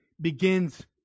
begins